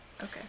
Okay